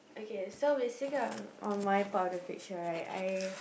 okay so basically on on my part of the picture right I